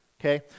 okay